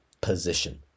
position